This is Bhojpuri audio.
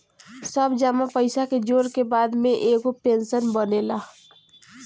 सब जमा पईसा के जोड़ के बाद में एगो पेंशन बनेला